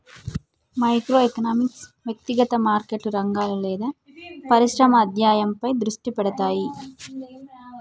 micro economics వ్యక్తిగత మార్కెట్లు, రంగాలు లేదా పరిశ్రమల అధ్యయనంపై దృష్టి పెడతది